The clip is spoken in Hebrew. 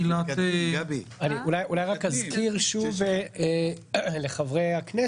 היום ד' באב התשפ"א (13 ביולי 2021). שלום לחבר הכנסת